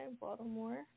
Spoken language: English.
Baltimore